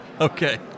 Okay